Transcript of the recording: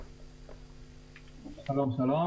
שלום.